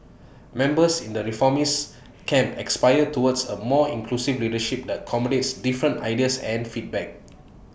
members in the reformist camp aspire towards A more inclusive leadership that accommodates different ideas and feedback